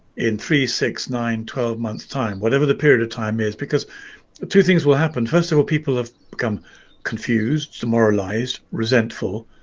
three, six, nine, twelve months time. whatever the period of time is because the two things will happen. first of all people have become confused, demoralized, resentful,